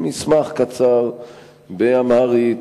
אין די,